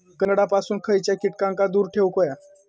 कलिंगडापासून खयच्या कीटकांका दूर ठेवूक व्हया?